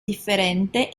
differente